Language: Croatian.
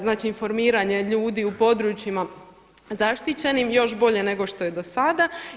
Znači, informiranje ljudi u područjima zaštićenim još bolje nego što je do sada.